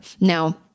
Now